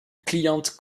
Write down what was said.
client